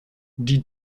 die